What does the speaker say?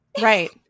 right